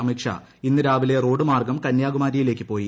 അമിത് ഷാ ഇന്ന് രാവിലെ റോഡുമാർഗം കന്യാകുമാരിയിലേക്ക് പോയി